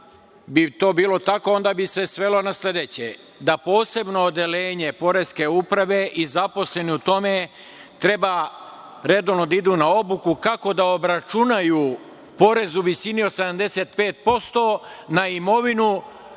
bi to bilo tako, onda bi se svelo na sledeće, da posebno odeljenje Poreske uprave i zaposleni u tome treba redovno da idu na obuku kako da obračunaju porez u visini od 75% na imovinu